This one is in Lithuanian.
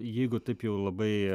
jeigu taip jau labai